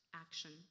action